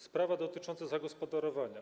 Sprawa dotycząca zagospodarowania.